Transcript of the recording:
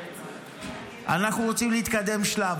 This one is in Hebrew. אנחנו רוצים להתקדם שלב.